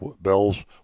bells